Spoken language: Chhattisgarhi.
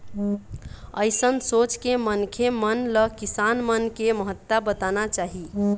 अइसन सोच के मनखे मन ल किसान मन के महत्ता बताना चाही